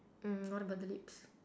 mm what about the lips